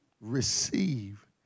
receive